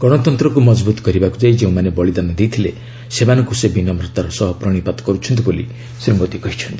ଗଣତନ୍ତ୍ରକୁ ମଜବୁତ କରିବାକୁ ଯାଇ ଯେଉଁମାନେ ବଳୀଦାନ ଦେଇଥିଲେ ସେମାନଙ୍କୁ ସେ ବିନମ୍ରତାର ସହ ପ୍ରଣିପାତ କରୁଛନ୍ତି ବୋଲି ଶ୍ରୀ ମୋଦୀ କହିଛନ୍ତି